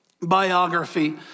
biography